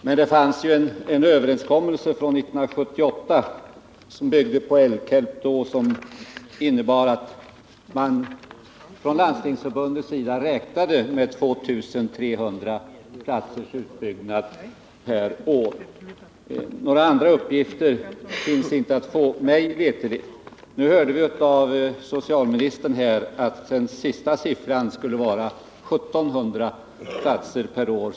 Men det fanns ju en överenskommelse från 1978 som byggde på LKELP och som innebar att man från Landstingsförbundets sida räknade med 2 300 platser per år. Mig veterligt finns det inte några andra uppgifter att få. Nu hörde vi av socialministern att den sista siffran skulle vara 1 700 platser per år.